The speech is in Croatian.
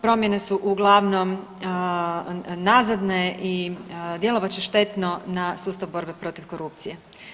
Promjene su uglavnom nazadne i djelovat će štetno na sustav borbe protiv korupcije.